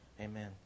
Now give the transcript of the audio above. Amen